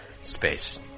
space